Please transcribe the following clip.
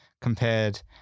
compared